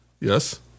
Yes